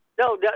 No